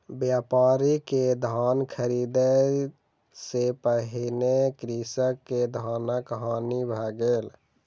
व्यापारी के धान ख़रीदै सॅ पहिने कृषक के धानक हानि भ गेल